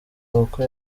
kuko